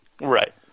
Right